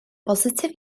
bositif